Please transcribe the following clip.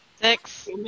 Six